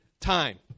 time